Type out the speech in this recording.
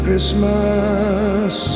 Christmas